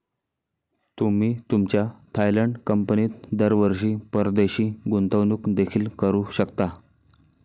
तुम्ही तुमच्या थायलंड कंपनीत दरवर्षी परदेशी गुंतवणूक देखील करू शकता